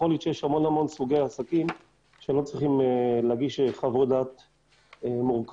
יכול להיות שיש המון סוגי עסקים שלא צריכים להגיש חוות דעת מורכבות,